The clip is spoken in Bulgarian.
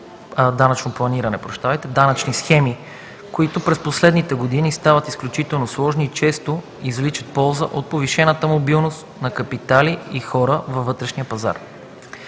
данъчно планиране – данъчни схеми, които през последните години стават изключително сложни и често извличат полза от повишената мобилност на капитали и хора във вътрешния пазар.